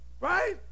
Right